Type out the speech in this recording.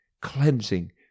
cleansing